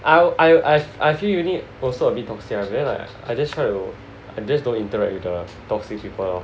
I'll I I I feel uni also a bit toxic I very like I just try to I just don't interact with the toxic people